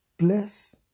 Bless